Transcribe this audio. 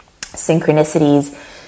synchronicities